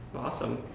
awesome.